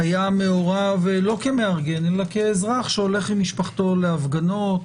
היה מעורב כאזרח שהולך עם משפחתו להפגנות